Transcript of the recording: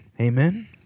Amen